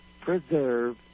preserve